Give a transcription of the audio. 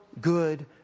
good